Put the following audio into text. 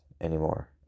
anymore